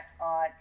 on